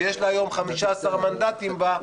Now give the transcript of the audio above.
שיש לה היום 15 מנדטים בה,